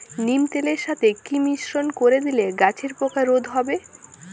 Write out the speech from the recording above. নিম তেলের সাথে কি মিশ্রণ করে দিলে গাছের পোকা রোধ হবে?